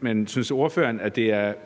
Men synes ordføreren, at det er